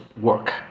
work